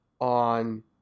on